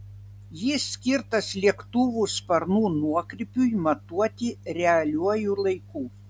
jis skirtas lėktuvų sparnų nuokrypiui matuoti realiuoju laiku